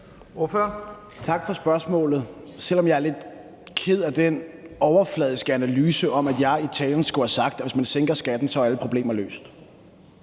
Tak for spørgsmålet, selv om jeg er lidt ked af den overfladiske analyse om, at jeg i talen skulle have sagt, at hvis man sænker skatten, er alle problemer løst.